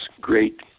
great